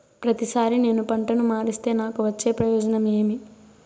ప్రతిసారి నేను పంటను మారిస్తే నాకు వచ్చే ప్రయోజనం ఏమి?